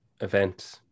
event